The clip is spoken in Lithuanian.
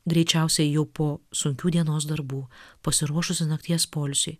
greičiausiai jau po sunkių dienos darbų pasiruošusi nakties poilsiui